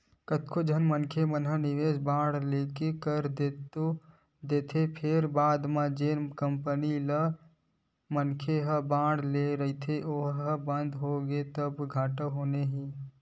कतको झन मनखे मन निवेस बांड लेके कर तो देथे फेर बाद म जेन कंपनी ले मनखे ह बांड ले रहिथे ओहा बंद होगे तब घाटा होना ही हे